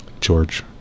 george